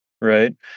right